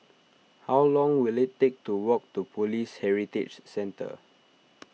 how long will it take to walk to Police Heritage Centre